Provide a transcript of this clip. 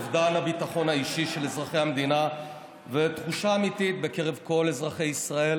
אובדן הביטחון האישי של אזרחי המדינה ותחושה אמיתית בקרב כל אזרחי ישראל